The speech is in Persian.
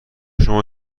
شما